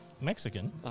Mexican